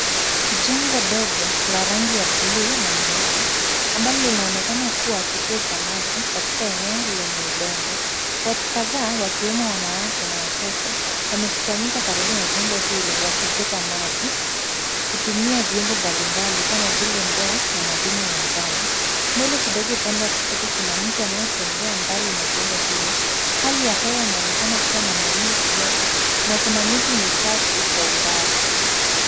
Jengo dogo la rangi ya blue na nyeupe ambalo linaonekana kuwa kituo cha maji katika eneo lenye udongo. Watu kadhaa wakiwemo wanawake na watoto wamekusanyika karibu na jengo hilo wakichota maji kutumia vyombo mbalimbali kama vile ndoo na madumu ya njano. Mbele kidogo upande wa kushoto kuna mtu anayetembea mbali na jengo hilo. Hali ya hewa inaonekana kuwa na mawingu kidogo na kuna miti michache kwa umbali.